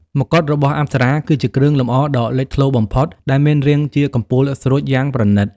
មកុដរបស់អប្សរាគឺជាគ្រឿងលម្អដ៏លេចធ្លោបំផុត ដែលមានរាងជាកំពូលស្រួចយ៉ាងប្រណីត។